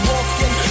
Walking